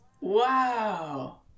Wow